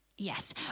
Yes